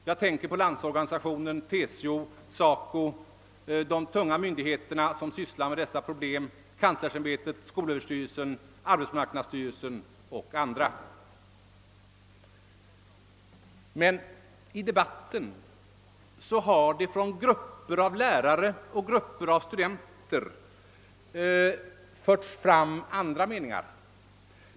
Jag tänker på Landsorganisationen, TCO, SACO, de tunga myndigheterna som sysslar med dessa problem, kanslersämbetet, skolöverstyrelsen, arbetsmarknadsstyrelsen och andra. Men i debatten har det från grupper av lärare och grupper av studenter förts fram andra meningar.